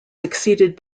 succeeded